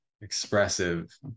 expressive